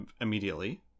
immediately